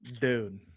Dude